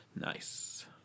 nice